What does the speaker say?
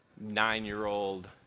Nine-year-old